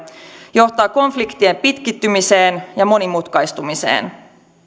johtaa konfliktien pitkittymiseen ja monimutkaistumiseen